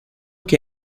que